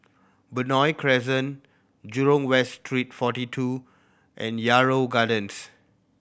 Benoi Crescent Jurong West Street Forty Two and Yarrow Gardens